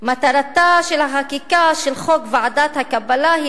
מטרתה של החקיקה של חוק ועדת הקבלה היא